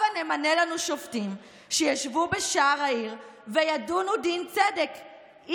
הבה נמנה לנו שופטים שישבו בשער העיר וידונו דין צדק,